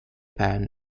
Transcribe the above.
pan